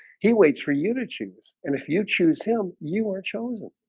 he waits for you to choose and if you choose him you are chosen